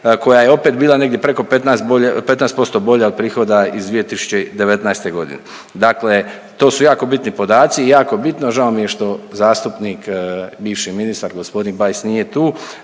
koja je opet, bila negdje preko 15% bolja iz prihoda iz 2019. g. Dakle to su jako bitni podaci i jako bitno, žao mi je što zastupnik, bivši ministar, g. Bajs nije tu,